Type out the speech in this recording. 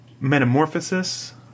Metamorphosis